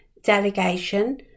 delegation